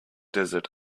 desert